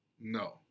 No